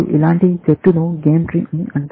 ఇలాంటి చెట్టును game tree అని అంటారు